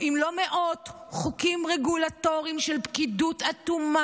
אם לא מאות חוקים רגולטוריים של פקידות אטומה,